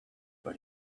but